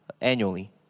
annually